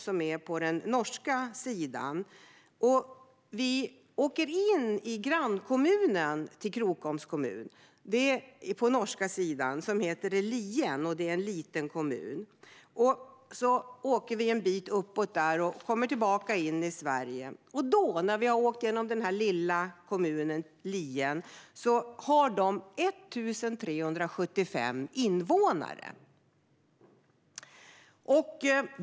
Sedan åker vi in i grannkommunen Lierne som är en liten kommun på den norska sidan, och därefter åker vi en bit uppåt och kommer sedan tillbaka in i Sverige. Den lilla kommunen Lierne har 1 375 invånare.